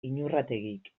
inurrategik